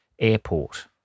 Airport